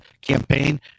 campaign